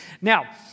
Now